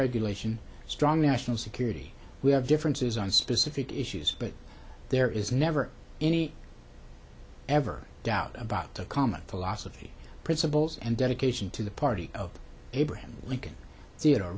regulation strong national security we have differences on specific issues but there is never any ever doubt about the common philosophy principles and dedication to the party of abraham lincoln theodore